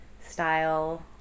style